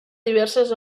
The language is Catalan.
diverses